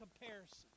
comparison